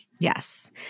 Yes